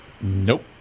Nope